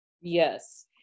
Yes